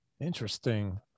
Interesting